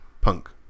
Punk